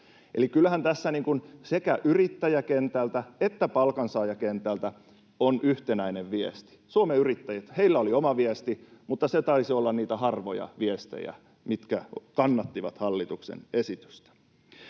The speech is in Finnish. Eli kyllähän tässä sekä yrittäjäkentältä että palkansaajakentältä on yhtenäinen viesti. Suomen Yrittäjillä oli oma viesti, mutta se taisi olla niitä harvoja viestejä, mitkä kannattivat hallituksen esitystä.